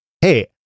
Hey